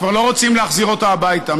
כבר לא רוצים להחזיר אותה הביתה.